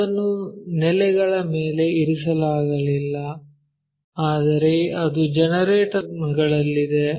ಇದನ್ನು ನೆಲೆಗಳ ಮೇಲೆ ಇರಿಸಲಾಗಿಲ್ಲ ಆದರೆ ಅದು ಜನರೇಟರ್ ಗಳಲ್ಲಿದೆ